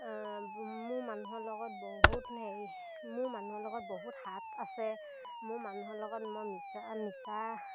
মোৰ মানুহৰ লগত বহুত হেৰি মোৰ মানুহৰ লগত বহুত হাত আছে মোৰ মানুহৰ লগত মই মিছা মিছা